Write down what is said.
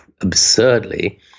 absurdly